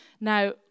Now